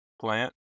plant